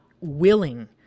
willing